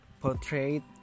portrayed